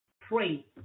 pray